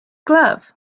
glove